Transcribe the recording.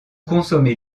consommer